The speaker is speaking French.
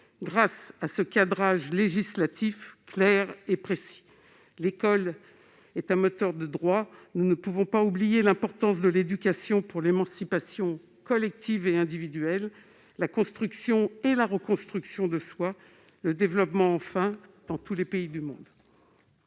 grâce à un cadrage législatif clair et précis. L'école est un moteur de droit. Nous ne pouvons pas oublier l'importance de l'éducation pour l'émancipation collective et individuelle, la construction et la reconstruction de soi et, enfin, le développement dans tous les pays du monde.